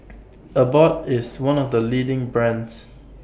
Abbott IS one of The leading brands